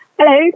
Hello